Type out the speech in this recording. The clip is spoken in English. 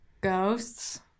ghosts